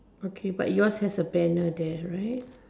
but yours have a banner there right okay